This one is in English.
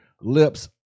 lips